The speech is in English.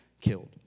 killed